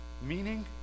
meaning